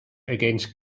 against